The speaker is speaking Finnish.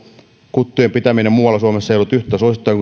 kuttujen pitäminen muualla suomessa ei ollut yhtä suosittua